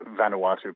Vanuatu